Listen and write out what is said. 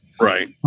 right